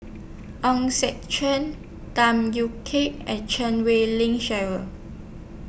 Hong Sek Chern Tham Yui Kai and Chan Wei Ling Cheryl